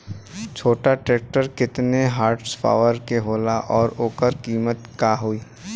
छोटा ट्रेक्टर केतने हॉर्सपावर के होला और ओकर कीमत का होई?